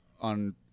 on